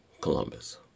Columbus